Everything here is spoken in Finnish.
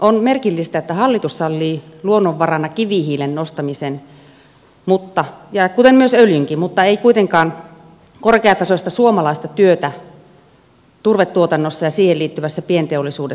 on merkillistä että hallitus sallii luonnonvarana kivihiilen nostamisen kuten myös öljynkin mutta ei kuitenkaan korkeatasoista suomalaista työtä turvetuotannossa ja siihen liittyvässä pienteollisuudessa